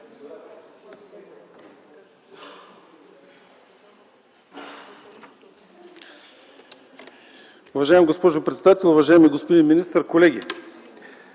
Уважаема госпожо председател, уважаеми господин министър, колеги!